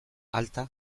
alta